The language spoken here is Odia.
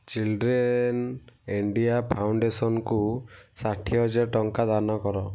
ଚିଲଡ୍ରେନ୍ ଇଣ୍ଡିଆ ଫାଉଣ୍ଡେସନ୍କୁ ଷାଠିଏ ହଜାର ଟଙ୍କା ଦାନ କର